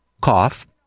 cough